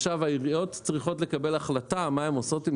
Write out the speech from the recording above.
העיריות צריכות לקבל החלטה מה הן עושות עם